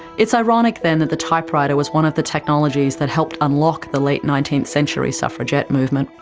it's ironic then that the typewriter was one of the technologies that helped unlock the late nineteenth century suffragette movement.